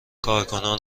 کارکنان